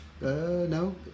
No